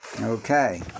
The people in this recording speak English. Okay